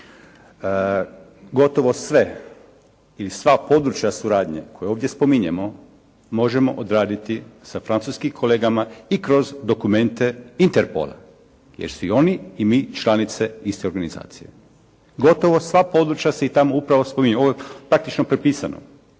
gotovo sve i sva područja suradnje koje ovdje spominjemo možemo odraditi sa francuskim kolegama i kroz dokumente Interpola jer su i oni i mi članice iste organizacije. Gotova sva područja se i tamo … /Govornik se ne razumije./ … praktično prepisana.